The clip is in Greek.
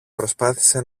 προσπάθησε